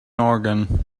organ